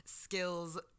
skills